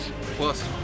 plus